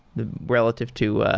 relative to